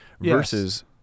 versus-